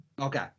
Okay